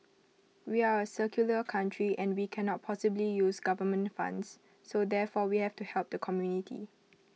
we are A secular country and we cannot possibly use government funds so therefore we have to help the community